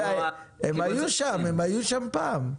הם היו שם פעם,